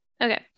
Okay